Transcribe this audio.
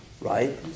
Right